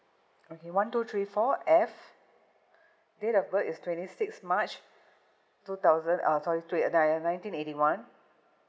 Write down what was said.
okay one two three four F date of birth is twenty six march two thousand uh sorry nineteen eighty one